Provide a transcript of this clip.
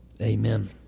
Amen